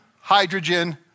hydrogen